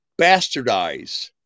bastardize